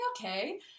okay